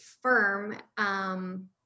firm